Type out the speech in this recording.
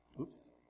Oops